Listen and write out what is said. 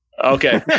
okay